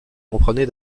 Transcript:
comprenait